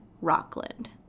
Rockland